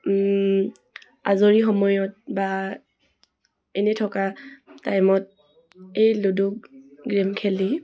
আজৰি সময়ত বা এনেই থকা টাইমত এই লুডু গেইম খেলি